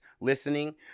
listening